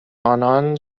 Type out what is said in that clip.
آنان